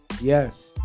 yes